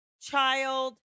child